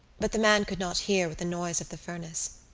but the man could not hear with the noise of the furnace.